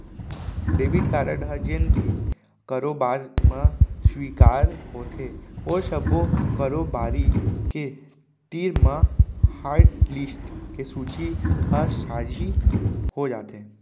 debit card ह जेन भी कारोबार म स्वीकार होथे ओ सब्बो कारोबारी के तीर म हाटलिस्ट के सूची ह साझी हो जाथे